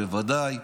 בוודאי,